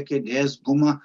kėdės gumą